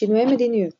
שינויי מדיניות